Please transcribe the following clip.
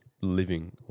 living